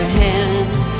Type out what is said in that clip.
hands